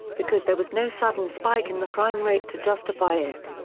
because there was no sudden spike in the crime rate to justify it.